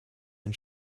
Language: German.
ein